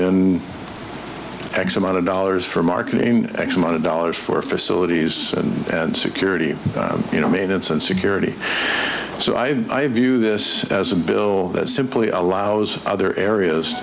in x amount of dollars for market in x amount of dollars for facilities and security you know maintenance and security so i view this as a bill that simply allows other areas